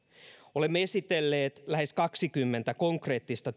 olemme esitelleet lähes kaksikymmentä konkreettista